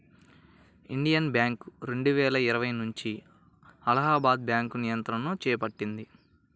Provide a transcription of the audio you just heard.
Indian Bank రెండువేల ఇరవై నుంచి అలహాబాద్ బ్యాంకు నియంత్రణను చేపట్టింది